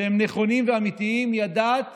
שהם נכונים ואמיתיים, ידעת